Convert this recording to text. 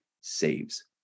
saves